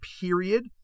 period